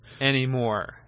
anymore